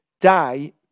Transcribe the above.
die